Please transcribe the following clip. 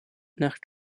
nach